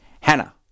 Hannah